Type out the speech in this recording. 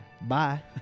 Bye